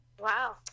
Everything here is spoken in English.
Wow